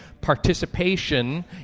participation